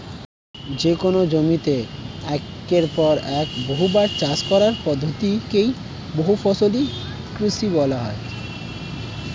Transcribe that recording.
যেকোন জমিতে একের পর এক বহুবার চাষ করার পদ্ধতি কে বহুফসলি কৃষি বলা হয়